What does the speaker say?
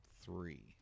three